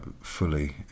fully